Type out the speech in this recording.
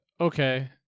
okay